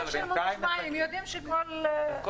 אני